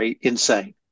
insane